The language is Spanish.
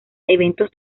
eventos